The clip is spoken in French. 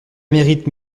mérite